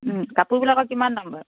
কাপোৰবিলাকৰ কিমান দাম বাৰু